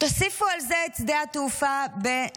תוסיפו על זה את שדה התעופה בנבטים,